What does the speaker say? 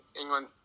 England